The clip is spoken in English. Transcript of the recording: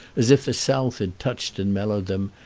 as if the south had touched and mellowed them,